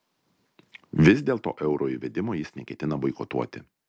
vis dėlto euro įvedimo jis neketina boikotuoti